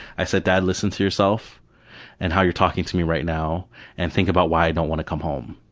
i said, dad, listen to yourself and how you're talking to me right now and think about why i don't want to come home.